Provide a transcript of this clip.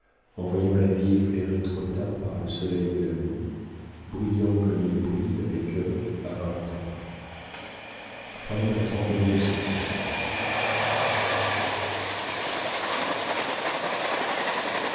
en voyant la vie éclairée trop tard par le soleil de l'amour brillant comme il brille dans les cœurs à vingt ans